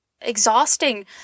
exhausting